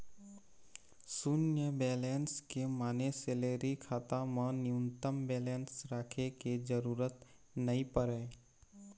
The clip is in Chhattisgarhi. सून्य बेलेंस के माने सेलरी खाता म न्यूनतम बेलेंस राखे के जरूरत नइ परय